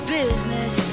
business